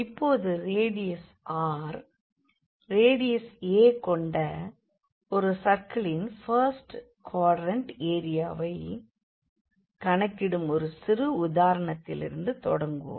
இப்போது radius r radius a கொண்ட ஒரு சர்க்கிளின் ஃபர்ஸ்ட் குவாட்ரண்ட் ஏரியா வைக் கணக்கிடும் ஒரு சிறு உதாரணத்திலிருந்து தொடங்குவோம்